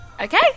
Okay